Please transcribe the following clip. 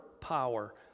power